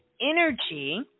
energy